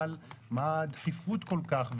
מה הדחיפות כל כך?